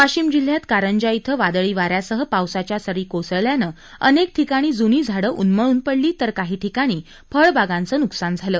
वाशिम जिल्ह्यात कारंजा इथं वादळी वाऱ्यासह पावसाच्या सरी कोसळल्यानं अनेक ठिकाणी ज्नी झाडं उन्मळून पडली तर काही ठिकाणी फळबागांच न्कसान झालं